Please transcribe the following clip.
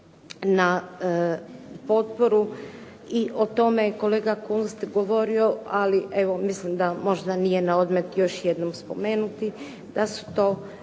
na potporu i o tome je kolega Kunst govorio, ali evo mislim da možda nije na odmet još jednom spomenuti da su to